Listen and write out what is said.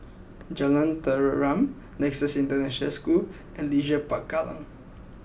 Jalan Tenteram Nexus International School and Leisure Park Kallang